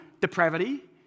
depravity